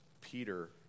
Peter